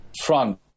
front